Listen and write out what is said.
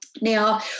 Now